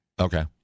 okay